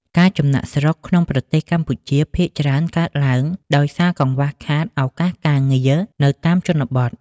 ការចំណាកស្រុកក្នុងប្រទេសកម្ពុជាភាគច្រើនកើតឡើងដោយសារកង្វះខាតឱកាសការងារនៅតាមជនបទ។